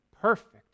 perfect